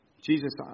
Jesus